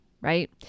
right